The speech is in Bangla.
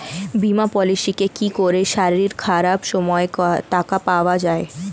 বীমা পলিসিতে কি করে শরীর খারাপ সময় টাকা পাওয়া যায়?